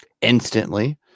Instantly